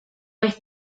ves